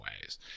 ways